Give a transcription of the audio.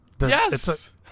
Yes